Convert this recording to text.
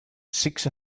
six